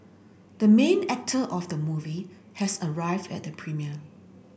the main actor of the movie has arrived at the premiere